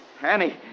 Annie